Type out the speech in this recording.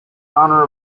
honour